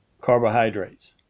carbohydrates